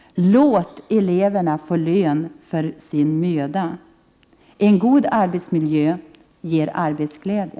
Låt därför eleverna få lön för mödan! En god arbetsmiljö ger arbetsglädje.